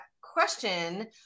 question